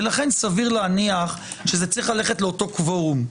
לכן סביר להניח שזה צריך ללכת לאותו קוורום.